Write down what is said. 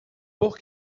por